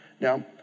Now